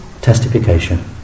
testification